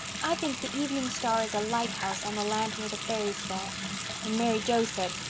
i think the evening star is a lighthouse on the land where the fairies dwell and mary joe said,